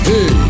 Hey